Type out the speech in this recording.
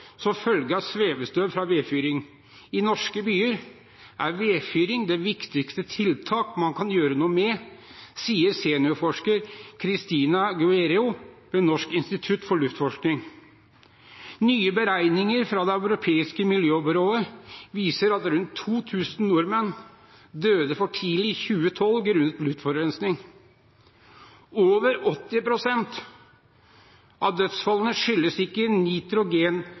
som følge av svevestøv fra vedfyring. I norske byer er vedfyring det viktigste tiltak man kan gjøre noe med, sier seniorforsker Christina Guerreiro ved Norsk institutt for luftforskning . Nye beregninger fra det europeiske miljøbyrået viser at rundt 2000 nordmenn døde for tidlig i 2012 grunnet luftforurensning. Over 80 prosent av dødsfallene skyldtes ikke